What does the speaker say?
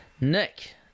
Nick